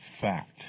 fact